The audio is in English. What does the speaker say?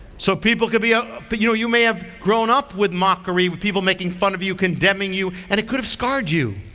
so people could be a. but you know you may have grown up with mockery. people making fun of you, condemning you, and it could have scarred you.